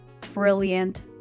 brilliant